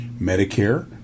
Medicare